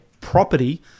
property